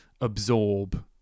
absorb